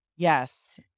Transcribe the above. Yes